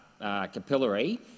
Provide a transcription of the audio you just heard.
capillary